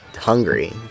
hungry